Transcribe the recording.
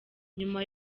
nyuma